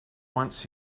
once